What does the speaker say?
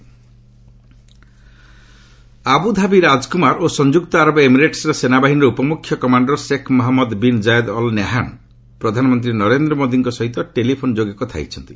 India Pak UAE ଆବୁଧାବିର ରାଜକୁମାର ଓ ସଂଯୁକ୍ତ ଆରବ ଏମିରେଟସ୍ର ସେନାବାହିନୀର ଉପମୁଖ୍ୟ commander Sheikh Mohammed bin Zayed Al Nahyan ପ୍ରଧାନମନ୍ତ୍ରୀ ନରେନ୍ଦ୍ର ମୋଦିଙ୍କ ସହିତ ଟେଲିଫୋନ ଯୋଗେ କଥା ହୋଇଛନ୍ତି